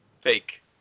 fake